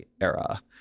era